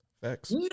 Facts